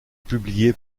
publié